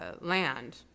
land